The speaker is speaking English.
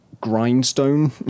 grindstone